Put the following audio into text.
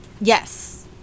Yes